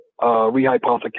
rehypothecation